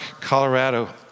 Colorado